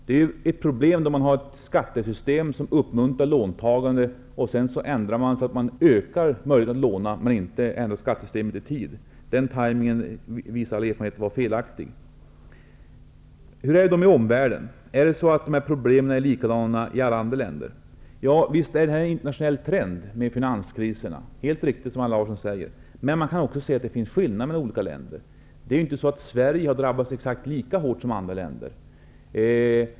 Det är ett problem då man har ett skattesystem som uppmuntrar låntagande och sedan ändrar så att man ökar möjligheterna att låna men inte ändrar skattesystemet i tid. All erfarenhet visar att den timingen var felaktig. Hur är det med omvärlden? Är dessa problem likadana i alla andra länder? Visst är finanskriserna en internationell trend. Det är helt riktigt som Allan Larsson säger. Men man kan också se att det finns skillnader mellan olika länder. Sverige har inte drabbats exakt lika hårt som andra länder.